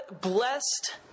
blessed